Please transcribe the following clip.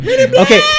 Okay